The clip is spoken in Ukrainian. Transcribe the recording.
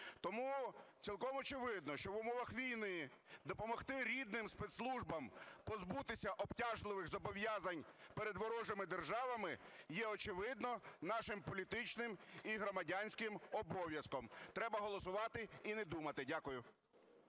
Тому цілком очевидно, що в умовах війни допомогти рідним спецслужбам позбутися обтяжливих зобов'язань перед ворожими державами є, очевидно, нашим політичним і громадянським обов'язком. Треба голосувати і не думати. Дякую.